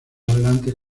adelante